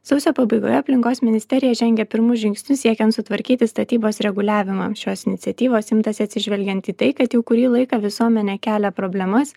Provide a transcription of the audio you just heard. sausio pabaigoje aplinkos ministerija žengė pirmus žingsnius siekiant sutvarkyti statybos reguliavimą šios iniciatyvos imtasi atsižvelgiant į tai kad jau kurį laiką visuomenė kelia problemas